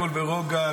הכול ברוגע,